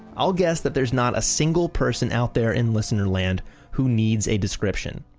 i'll guess that there's not a single person out there in listener-land who needs a description.